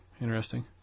interesting